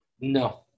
No